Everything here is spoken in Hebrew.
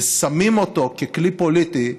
ושמים אותו ככלי פוליטי,